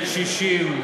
לקשישים,